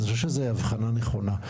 אז אני חושב שזו הבחנה נכונה,